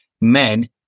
Men